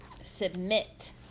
Submit